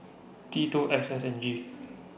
T two X S N G